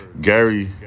Gary